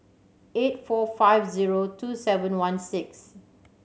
eight four five zero two seven one six